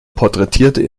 porträtierte